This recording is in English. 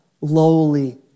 lowly